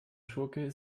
schurke